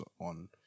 on